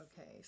Okay